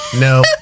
No